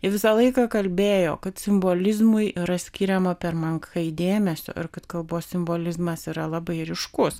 visą laiką kalbėjo kad simbolizmui yra skiriama per menkai dėmesio ir kad kalbos simbolizmas yra labai ryškus